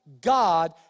God